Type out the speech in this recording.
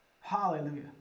Hallelujah